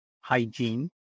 hygiene